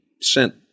sent